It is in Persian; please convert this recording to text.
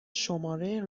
شماره